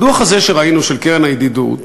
הדוח הזה, שראינו, של הקרן לידידות,